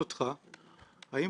זה לא כל כך ככה,